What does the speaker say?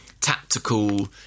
tactical